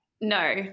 no